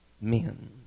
men